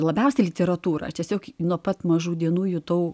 labiausiai literatūrą tiesiog nuo pat mažų dienų jutau